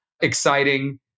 exciting